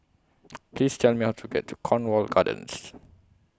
Please Tell Me How to get to Cornwall Gardens